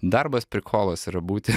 darbas prikolas yra būti